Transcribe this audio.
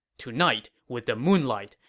tonight, with the moonlight,